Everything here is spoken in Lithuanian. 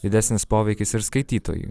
didesnis poveikis ir skaitytojui